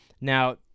Now